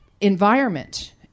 environment